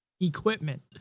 equipment